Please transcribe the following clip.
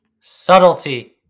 Subtlety